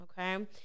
okay